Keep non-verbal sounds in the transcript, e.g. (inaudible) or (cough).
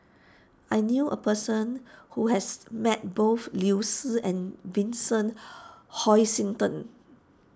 I knew a person who has met both Liu Si and Vincent (noise) Hoisington